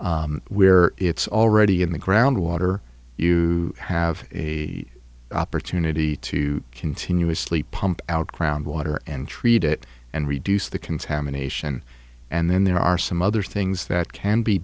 river where it's already in the groundwater you have a opportunity to continuously pump out groundwater and treat it and reduce the contamination and then there are some other things that can be